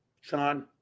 Sean